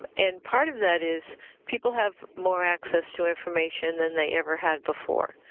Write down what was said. and part of that is people have more access to information than they ever had before,